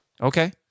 Okay